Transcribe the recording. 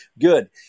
Good